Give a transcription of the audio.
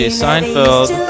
seinfeld